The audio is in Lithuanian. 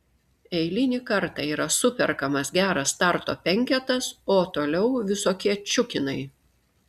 eilinį kartą yra superkamas geras starto penketas o toliau visokie čiukinai